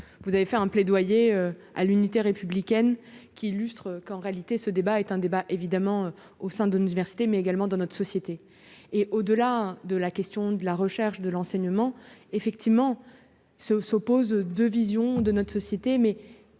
vous avez fait un plaidoyer à l'unité républicaine qui illustre qu'en réalité ce débat est un débat évidemment au sein de l'université, mais également dans notre société, et au-delà de la question de la recherche de l'enseignement, effectivement c'est où s'opposent 2 visions de notre société,